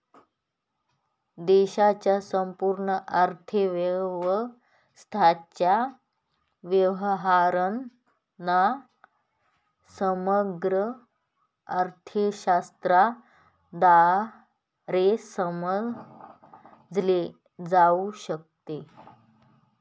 देशाच्या संपूर्ण अर्थव्यवस्थेच्या व्यवहारांना समग्र अर्थशास्त्राद्वारे समजले जाऊ शकते